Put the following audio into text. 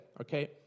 okay